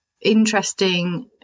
interesting